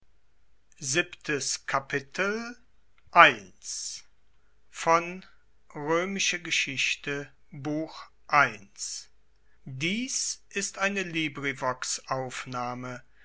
dies ist die